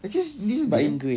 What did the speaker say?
actually this is buying